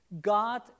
God